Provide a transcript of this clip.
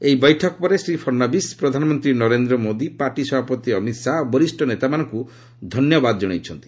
ଏହି ବୈଠକ ପରେ ଶ୍ରୀ ଫଡ଼୍ନବୀଶ ପ୍ରଧାନମନ୍ତ୍ରୀ ନରେନ୍ଦ୍ର ମୋଦି ପାର୍ଟି ସଭାପତି ଅମିତ୍ ଶାହା ଓ ବରିଷ୍ଣ ନେତାମାନଙ୍କୁ ଧନ୍ୟବାଦ ଜଣାଇଛନ୍ତି